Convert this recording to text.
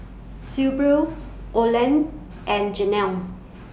Sibyl Olen and Janel